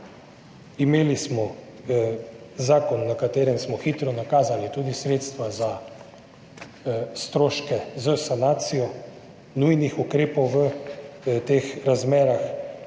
Imeli smo zakon, s katerim smo hitro nakazali tudi sredstva za stroške s sanacijo nujnih ukrepov v teh razmerah.